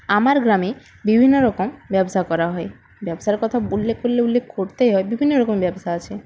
আমার গ্রামে বিভিন্ন রকম ব্যবসা করা হয় ব্যবসার কথা বললে করলে উল্লেখ করতেই হয় বিভিন্ন রকমের ব্যবসা আছে